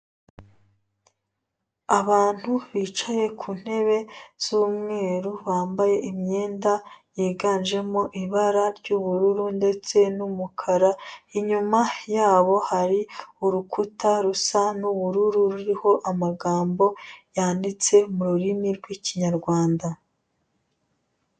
Abantu bicaye ku ntebe z'umweru bambaye imyenda yiganjemo ibara ry'ubururu ndetse n'umukara inyuma yabo hari urukuta rusa n'ubururu ruriho amagambo yanditse mu rurimi rw'ikinyarwanda.